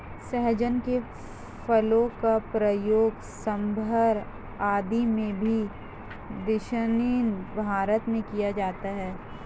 सहजन की फली का प्रयोग सांभर आदि में भी दक्षिण भारत में किया जाता है